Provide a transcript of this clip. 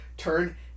turn